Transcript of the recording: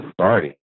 starting